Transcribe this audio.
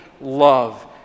love